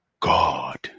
God